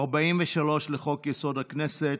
43 לחוק-יסוד: הכנסת,